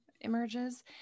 emerges